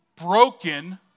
broken